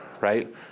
right